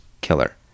killer